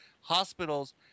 hospitals